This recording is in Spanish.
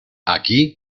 aquí